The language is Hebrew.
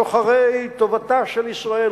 שוחרי טובתה של ישראל,